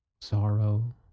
sorrow